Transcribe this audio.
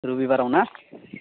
रुबिबाराव ना